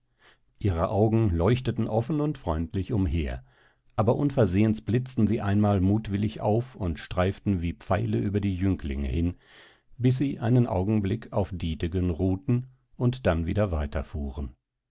ihre augen leuchteten offen und freundlich umher aber unversehens blitzten sie einmal mutwillig auf und streiften wie pfeile über die jünglinge hin bis sie einen augenblick auf dietegen ruhten und dann wieder weiter fuhren